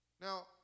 Now